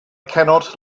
cannot